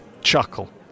chuckle